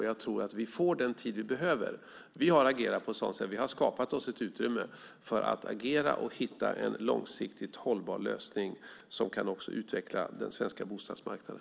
Jag tror att vi får den tid vi behöver. Vi har skapat oss ett utrymme för att agera och hitta en långsiktigt hållbar lösning som också kan utveckla den svenska bostadsmarknaden.